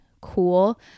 cool